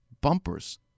bumpers